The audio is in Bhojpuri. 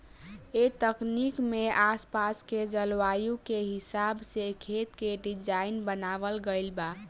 ए तकनीक में आस पास के जलवायु के हिसाब से खेत के डिज़ाइन बनावल गइल बा